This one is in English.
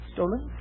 Stolen